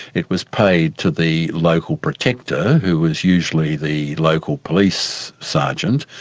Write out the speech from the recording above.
it was paid to the local protector, who was usually the local police sergeant,